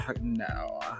no